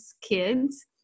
kids